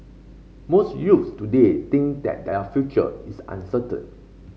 most youths today think that their future is uncertain